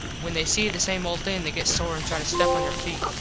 when they see the same old thing they get sore and try to step on your feet.